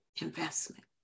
investment